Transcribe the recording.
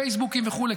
בפייסבוק וכו'.